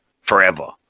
forever